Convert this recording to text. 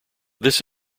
this